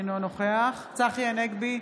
אינו נוכח צחי הנגבי,